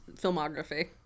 filmography